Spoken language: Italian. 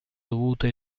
dovute